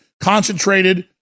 concentrated